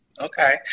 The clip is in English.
okay